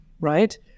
right